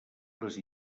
les